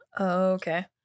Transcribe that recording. Okay